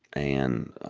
and